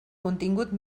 contingut